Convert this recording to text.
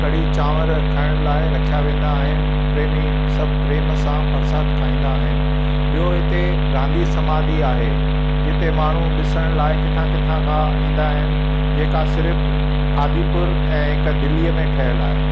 कढ़ी चांवर खइण लाइ रखिया वेंदा आहिनि प्रेमी सभु प्रेम सां परसाद खाईंदा आहिनि ॿियो हिते गांधी समाधी आहे जिते माण्हू ॾिसण लाइ किथां किथां खां ईंदा आहिनि जेका सिर्फ़ु आदिपुर ऐं हिक दिल्लीअ में ठहियल आहे